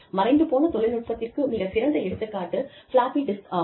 மறைந்து போன தொழில்நுட்பத்திற்கு மிகச் சிறந்த எடுத்துக்காட்டு பிளாப்பி டிஸ்க் ஆகும்